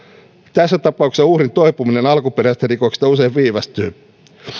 tässä tapauksessa uhrin toipuminen alkuperäisestä rikoksesta usein viivästyy